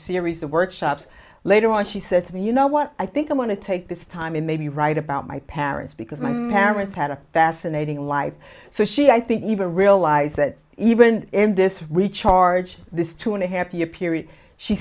series of workshops later on she said to me you know what i think i want to take this time and maybe write about my parents because my parents had a fascinating life so she i think even realize that even in this recharge this two and a half year period she